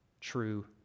true